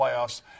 playoffs